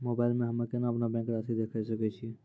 Mobile मे हम्मय केना अपनो बैंक रासि देखय सकय छियै?